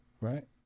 right